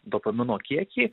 dopamino kiekį